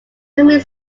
coming